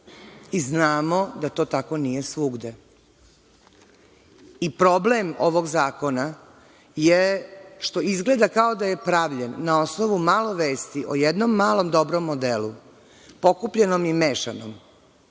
i znamo da to nije svugde. Problem ovog zakona je što izgleda kao da je pravljen na osnovu malo vesti o jednom malom dobrom modelu, pokupljenom i mešanom,